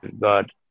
God